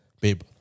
babe